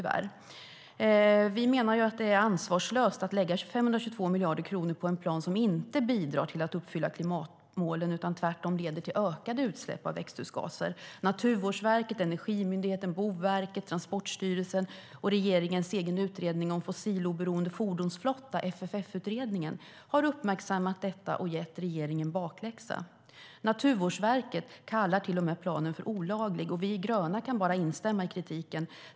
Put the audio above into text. Vi menar att det är ansvarslöst att lägga 522 miljarder kronor på en plan som inte bidrar till att uppfylla klimatmålen utan tvärtom leder till ökade utsläpp av växthusgaser. Naturvårdsverket, Energimyndigheten, Boverket, Transportstyrelsen och regeringens egen utredning om en fossiloberoende fordonsflotta, FFF-utredningen, har uppmärksammat detta och gett regeringen bakläxa. Naturvårdsverket kallar till och med planen för olaglig. Vi gröna kan bara instämma i kritiken.